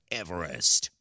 everest